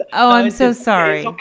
ah oh, i'm so sorry.